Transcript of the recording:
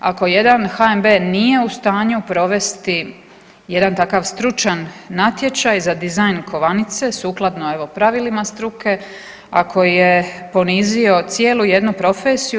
Ako jedan HNB nije u stanju provesti jedan takav stručan natječaj za dizajn kovanice sukladno evo pravilima struke, a koji je ponizio cijelu jednu profesiju.